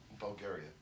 Bulgaria